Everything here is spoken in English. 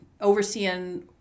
overseeing